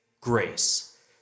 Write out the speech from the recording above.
grace